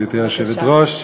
גברתי היושבת-ראש,